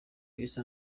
isa